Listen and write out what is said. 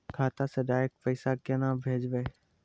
खाता से डायरेक्ट पैसा केना भेजबै?